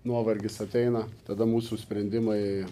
nuovargis ateina tada mūsų sprendimai